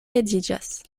edziĝas